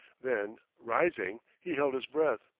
then rising, he held his breath,